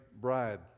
bride